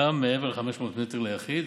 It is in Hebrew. גם מעבר ל-500 מטר ליחיד,